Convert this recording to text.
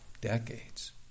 decades